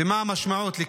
ומה המשמעות?